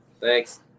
Thanks